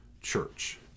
church